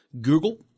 Google